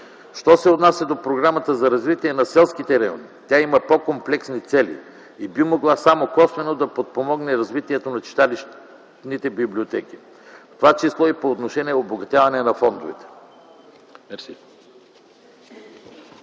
Що се отнася до Програмата за развитие на селските райони, тя има по-комплексни цели и би могла само косвено да подпомогне развитието на читалищните библиотеки, в това число и по отношение обогатяване на фондовете.